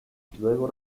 luego